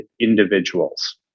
individuals